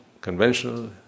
conventional